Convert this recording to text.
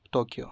Tokyo